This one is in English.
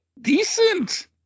decent